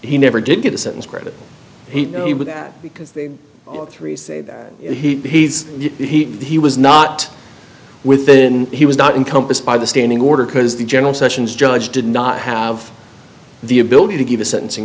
he never did get a sentence credit with that because the three say that he's he he was not within he was not encompass by the standing order because the general sessions judge did not have the ability to give a sentencing